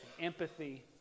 empathy